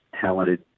talented